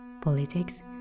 politics